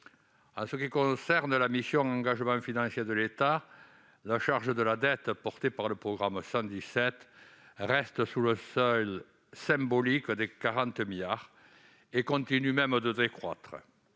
ce qui concerne la mission « Engagements financiers de l'État », la charge de la dette, portée par le programme 117, reste sous le seuil symbolique des 40 milliards d'euros, et continue même de décroître.